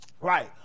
Right